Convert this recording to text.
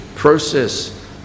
process